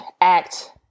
act